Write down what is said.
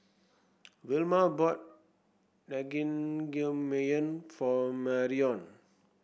Vilma bought Naengmyeon for Marrion